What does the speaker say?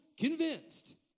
convinced